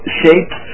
shapes